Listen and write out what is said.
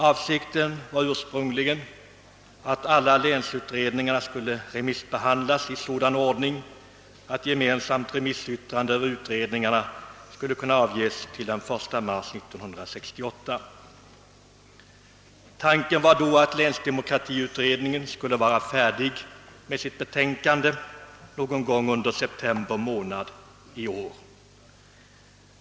Avsikten var ursprungligen att alla länsutredningar na skulle remissbehandlas i sådan ordning, att gemensamt remissyttrande över utredningarna skulle kunna avges till den 1 mars 1968. Tanken var då att länsdemokratiutredningen skulle vara färdig med sitt betänkande någon gång under september månad i år.